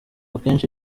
akenshi